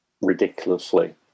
ridiculously